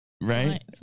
Right